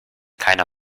keiner